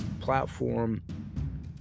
platform